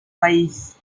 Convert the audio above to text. país